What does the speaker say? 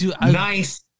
nice